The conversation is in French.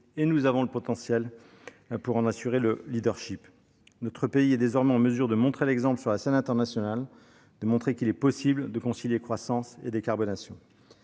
et nous avons le potentiel pour en assurer le leadership. Notre pays est désormais en mesure de montrer l'exemple sur la scène internationale, de montrer qu'il est possible de concilier croissance et décarbonation.